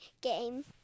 game